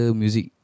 music